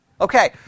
Okay